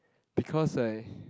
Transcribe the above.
because I